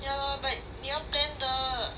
ya lor but 你要 plan 的